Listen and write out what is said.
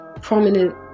prominent